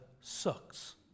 sucks